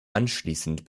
anschließend